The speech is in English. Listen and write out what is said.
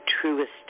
truest